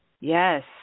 Yes